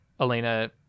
Elena